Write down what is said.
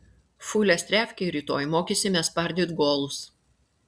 fulės trefkėj rytoj mokysimės spardyt golus